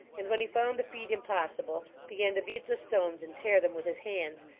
and, when he found the feat impossible, began to beat the stones and tear them with his hands,